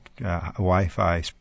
Wi-Fi